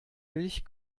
milch